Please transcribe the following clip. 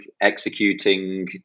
executing